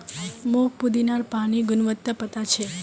मोक पुदीनार पानिर गुणवत्ता पता छ